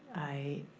i